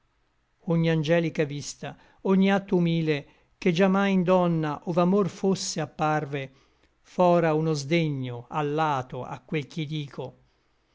ogni angelica vista ogni atto humile che già mai in donna ov'amor fosse apparve fra uno sdegno a lato a quel ch'i dico